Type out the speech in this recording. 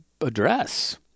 address